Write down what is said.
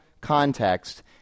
context